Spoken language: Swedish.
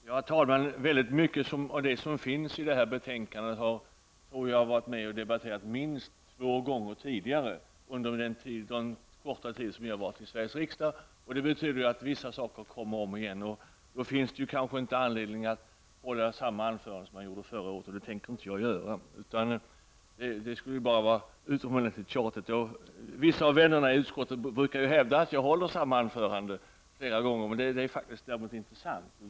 Herr talman! Mycket av det som står i detta betänkande tror jag att jag har varit med om att debattera minst två gånger tidigare under min korta tid i Sveriges riksdag. Det betyder att vissa saker återkommer gång på gång, och därför finns det inte anledning att hålla samma anförande som jag höll förra året. Det skulle vara utomordentligt tjatigt att göra det. Vissa av vännerna i utskottet brukar hävda att jag håller samma anföranden flera gånger, men det är faktiskt inte sant.